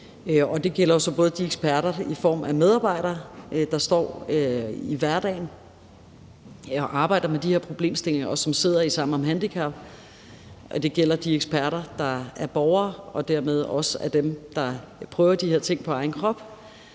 Det gælder jo så både eksperter i form af de medarbejdere, der står i hverdagen og arbejder med de her problemstillinger, og som sidder i Sammen om handicap, det gælder de eksperter, der er borgere og dermed også er dem, der prøver de her ting på egen krop,